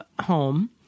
home